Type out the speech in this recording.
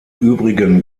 übrigen